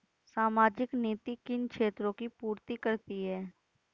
सामाजिक नीति किन क्षेत्रों की पूर्ति करती है?